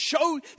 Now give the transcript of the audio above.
show